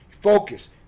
Focus